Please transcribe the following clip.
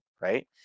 right